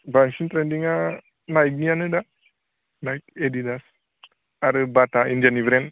बांसिन ट्रेन्दिंआ नाइकिनियानो दा नाइकि एडिडास आरो बाटा इन्डियानि ब्रेन्ड